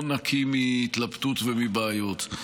לא נקי מהתלבטות ומבעיות.